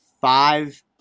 five